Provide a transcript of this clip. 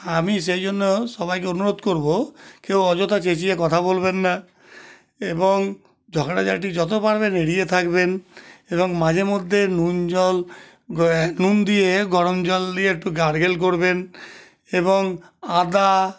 আমি সেই জন্য সবাইকে অনুরোধ করবো কেউ অযথা চেঁচিয়ে কথা বলবেন না এবং ঝগড়া ঝাঁটি যত পারবেন এড়িয়ে থাকবেন এবং মাঝে মধ্যে নুন জল নুন দিয়ে গরম জল দিয়ে একটু গার্গেল করবেন এবং আদা